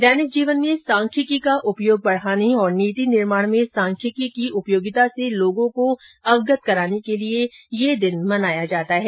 दैनिक जीवन में सांख्यिकी का उपयोग बढ़ाने और नीति निर्माण में सांख्यिकी की उपयोगिता से लोगों को अवगत कराने के लिए यह दिवस मनाया जाता है